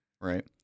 Right